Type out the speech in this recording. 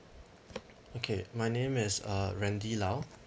okay my name is uh randy lau